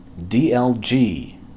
DLG